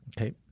Okay